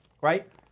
right